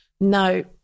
no